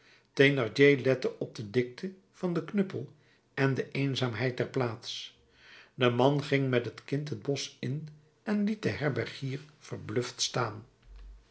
thénardier lette op de dikte van den knuppel en de eenzaamheid der plaats de man ging met het kind het bosch in en liet den herbergier verbluft staan